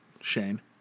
Shane